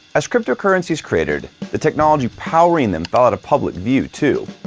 as cryptocurrency cratered, the technology powering them fell out of public view too,